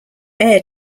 air